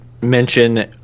Mention